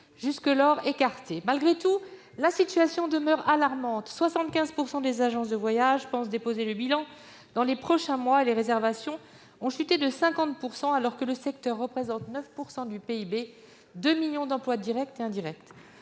jusqu'alors écartées. Malgré tout, la situation demeure alarmante : 75 % des agences de voyages pensent déposer le bilan dans les prochains mois et les réservations ont chuté de 50 %, alors que le secteur représente 9 % de notre PIB et 2 millions d'emplois directs et indirects.